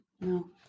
No